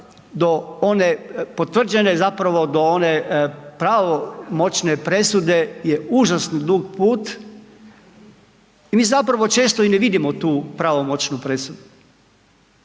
do one potvrđene zapravo, do one pravomoćne presude je užasno dug put i mi zapravo često i ne vidimo tu pravomoćnu presudu,